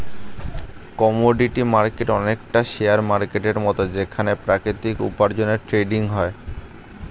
commodity market অনেকটা share মার্কেটের মত যেখানে প্রাকৃতিক উপার্জনের ট্রেডিং হয়